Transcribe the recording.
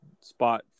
spot